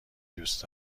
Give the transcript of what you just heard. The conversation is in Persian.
دوست